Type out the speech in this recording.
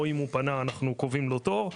או אם הוא פנה אז אנחנו קובעים לו תור,